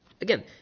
Again